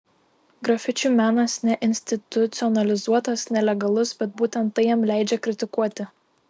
grafičių menas neinstitucionalizuotas nelegalus bet būtent tai jam leidžia kritikuoti